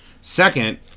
second